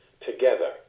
together